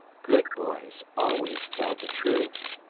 good boys always tell the truth.